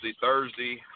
Thursday